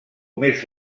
més